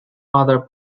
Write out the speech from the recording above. other